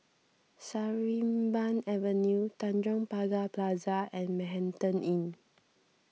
Sarimbun Avenue Tanjong Pagar Plaza and Manhattan Inn